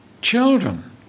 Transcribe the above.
children